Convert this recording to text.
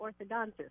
orthodontist